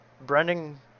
Brendan